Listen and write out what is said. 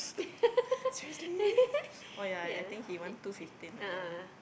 yeah a'ah a'ah